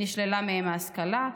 נשללה מהם ההשכלה.